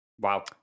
Wow